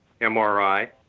MRI